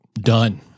done